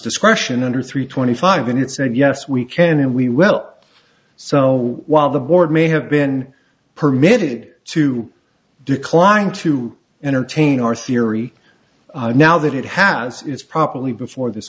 discretion under three twenty five when it said yes we can and we well so while the board may have been permitted to decline to entertain our theory now that it has is properly before this